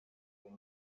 when